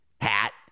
hat